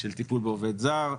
טיפול בעובד זר.